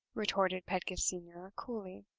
retorted pedgift senior, coolly.